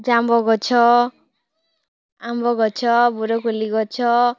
ଜାମୁ ଗଛ ଆମ୍ବ ଗଛ ବରକୋଳି ଗଛ